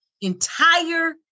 entire